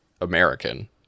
American